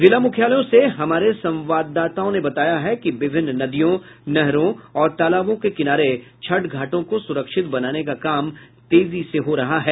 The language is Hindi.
जिला मुख्यालयों से हमारे संवाददाताओं ने बताया है कि विभिन्न नदियों नहरों और तालाबों के किनारे छठ घाटों को सुरक्षित बनाने का काम तेजी से हो रहा है